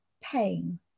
pain